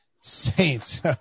Saints